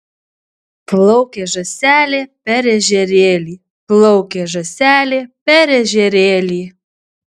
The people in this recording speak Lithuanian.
plaukė žąselė per ežerėlį plaukė žąselė per ežerėlį